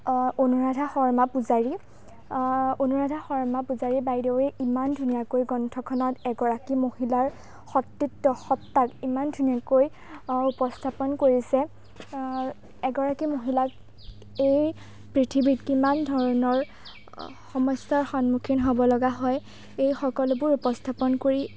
অনুৰাধা শৰ্মা পূজাৰী অনুৰাধা শৰ্মা পূজাৰী বাইদেৱে ইমান সুন্দৰকৈ গ্ৰন্থখনত এগৰাকী মহিলাৰ সতীত্ব সত্ত্বাক ইমান ধুনীয়াকৈ উপস্থাপন কৰিছে এগৰাকী মহিলাক এই পৃথিৱীত কিমান ধৰণৰ সমস্যাৰ সন্মুখীন হ'বলগীয়া হয় এই সকলোবোৰ উপস্থাপন কৰি